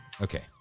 Okay